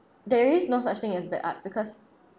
there is no such thing as bad art because